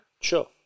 Sure